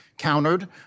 countered